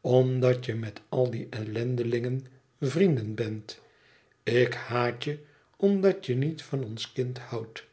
omdat je met al die ellendelingen vrienden bent ik haat je omdat je niet van ons kind houdt